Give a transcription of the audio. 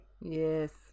Yes